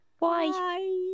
Bye